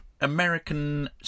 American